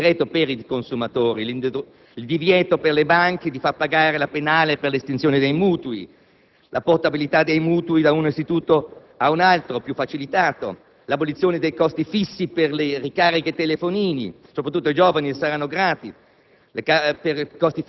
i vantaggi di questo decreto per i consumatori: il divieto per le banche di far pagare la penale per l'estinzione dei mutui, la più semplice portabilità dei mutui da un istituto ad un altro, l'abolizione dei costi fissi per le ricariche dei telefonini (soprattutto i giovani ne saranno grati),